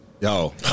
Yo